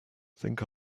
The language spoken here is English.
think